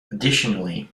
additionally